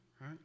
right